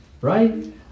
right